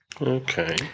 okay